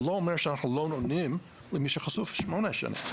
זה לא אומר שאנחנו לא נותנים למי שחשוף שמונה שנים.